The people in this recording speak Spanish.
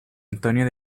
antonio